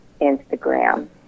Instagram